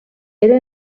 era